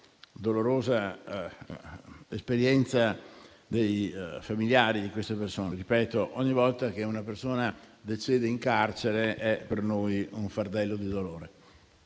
dolorosa esperienza dei familiari della persona in questione. Ripeto che, ogni volta che una persona decede in carcere, è per noi un fardello di dolore.